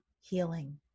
healing